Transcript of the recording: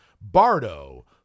Bardo